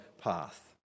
path